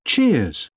Cheers